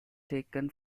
taken